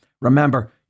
Remember